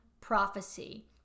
prophecy